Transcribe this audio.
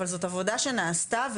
אבל זו עבודה שנעשתה,